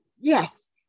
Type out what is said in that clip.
Yes